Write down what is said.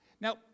Now